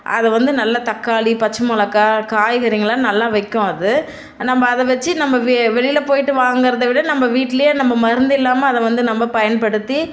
அதை வந்து நல்லா தக்காளி பச்சை மிளகா காய்கறிங்கெல்லாம் நல்லா வைக்கும் அது நம்ம அதை வெச்சு நம்ம வெ வெளியில் போய்ட்டு வாங்குறத விட நம்ம வீட்டிலேயே நம்ம மருந்து இல்லாமல் அதை வந்து நம்ம பயன்படுத்தி